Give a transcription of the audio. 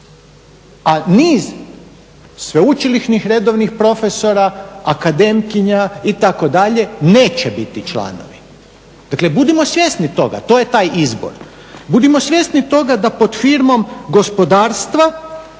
a niz sveučilišnih redovnih profesora, akademkinja itd., neće biti članovi. Dakle budimo svjesni toga, to je taj izbor. Budimo svjesni toga da pod firmom gospodarstva